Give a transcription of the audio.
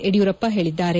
ಯಡಿಯೂರವ್ದ ಹೇಳಿದ್ದಾರೆ